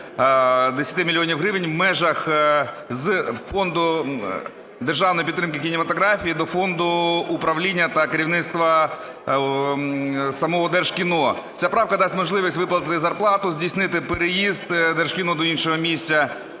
мільйонів гривень в межах з фонду державної підтримки кінематографії до фонду управління та керівництва самого Держкіно. Ця правка дасть можливість виплатити зарплату, здійснити переїзд Держкіно до іншого місця,